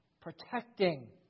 protecting